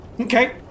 okay